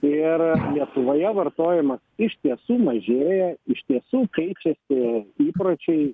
ir lietuvoje vartojimas iš tiesų mažėja iš tiesų keičiasi įpročiai